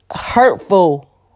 hurtful